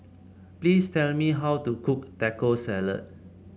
please tell me how to cook Taco Salad